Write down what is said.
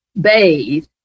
bathe